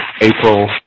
April